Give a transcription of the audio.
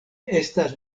estas